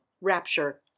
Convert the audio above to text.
rapture